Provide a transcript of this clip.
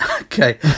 okay